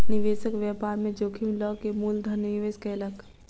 निवेशक व्यापार में जोखिम लअ के मूल धन निवेश कयलक